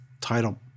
title